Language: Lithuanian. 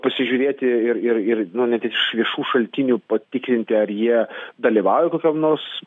pasižiūrėti ir ir ir nu ne tik iš viešų šaltinių patikrinti ar jie dalyvauja kokiam nors